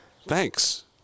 Thanks